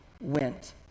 went